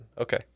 Okay